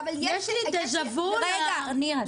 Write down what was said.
יש לי דז'ה וו לבנקים.